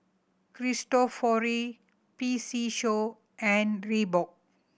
Cristofori P C Show and Reebok